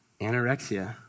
anorexia